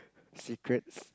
secrets